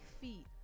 feet